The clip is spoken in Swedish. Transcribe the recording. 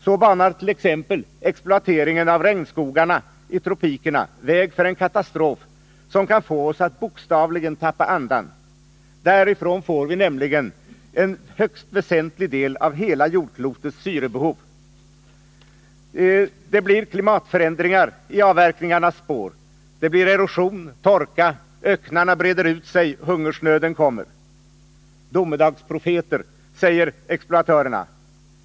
Så banar t.ex. exploateringen av regnskogarna i tropikerna väg för en katastrof som kan få oss att bokstavligen tappa andan. Därifrån får vi nämligen en högst väsentlig del av hela jordklotets syre. Det blir klimatförändringar i avverkningarnas spår, det blir erosion, torka, öknarna breder ut sig, hungersnöden kommer. Domedagsprofeter, säger exploatörerna.